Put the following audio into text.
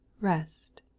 REST